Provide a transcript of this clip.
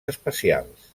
espacials